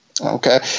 Okay